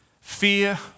Fear